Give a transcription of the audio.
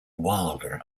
wilder